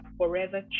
forever